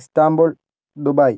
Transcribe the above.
Istanbul Dubai